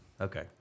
Okay